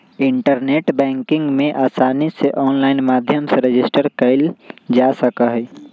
internet banking में आसानी से आनलाइन माध्यम से रजिस्टर कइल जा सका हई